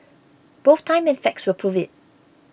both time and facts will prove it